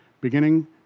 beginning